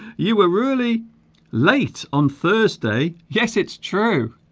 you were really late on thursday yes it's true